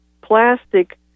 plastic